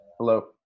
Hello